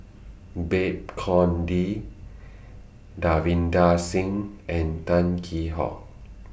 Babes Conde Davinder Singh and Tan Kheam Hock